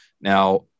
Now